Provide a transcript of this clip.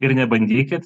ir nebandykit